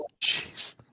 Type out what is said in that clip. jeez